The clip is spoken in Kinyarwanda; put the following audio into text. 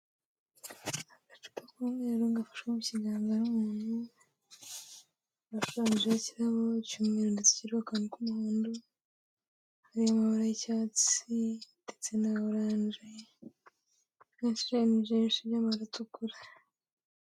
Agacupa k'umweru gafashwe mu kiganza n'umuntu, gashushanijeho ikirabaho cy'umweru ndetse kiriho akantu k'umuhondo, hariho amabara y'icyatsi ndetse na orange ashushanije n'amabara atukura.